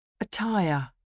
Attire